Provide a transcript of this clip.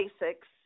basics